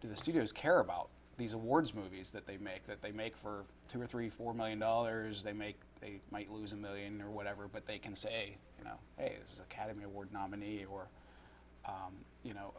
do the studios care about these awards movies that they make that they make for two or three four million dollars they make they might lose in the whatever but they can say you know academy award nominee or you know